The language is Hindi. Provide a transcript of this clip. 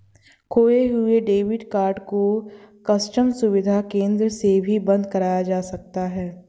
खोये हुए डेबिट कार्ड को कस्टम सुविधा केंद्र से भी बंद कराया जा सकता है